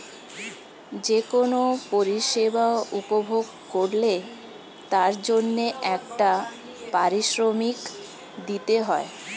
যে কোন পরিষেবা উপভোগ করলে তার জন্যে একটা পারিশ্রমিক দিতে হয়